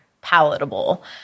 palatable